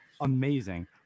amazing